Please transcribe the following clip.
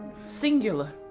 singular